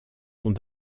sont